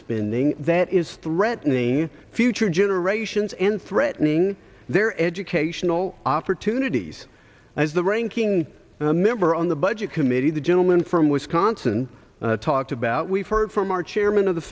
spending that is threatening future generations and threatening their educational opportunities as the ranking member on the budget committee the gentleman from wisconsin talked about we've heard from our chairman of the